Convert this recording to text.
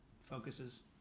focuses